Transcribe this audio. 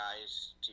guys